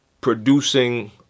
producing